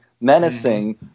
menacing